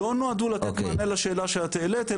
לא נועדו לתת מענה לשאלה שאת העלית,